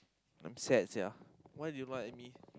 I'm sad sia why did you look at me